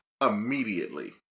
immediately